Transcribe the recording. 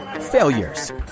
failures